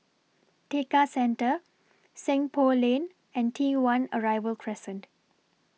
Tekka Centre Seng Poh Lane and T one Arrival Crescent